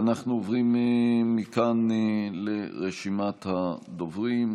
אנחנו עוברים מכאן לרשימת הדוברים.